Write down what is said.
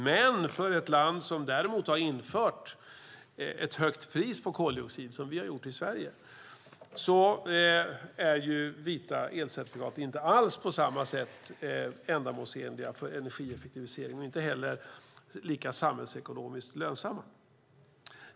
Men för ett land som däremot har infört ett högt pris på koldioxid - som vi i Sverige gjort - är vita elcertifikat inte alls på samma sätt ändamålsenliga för energieffektivisering och inte heller lika lönsamma samhällsekonomiskt.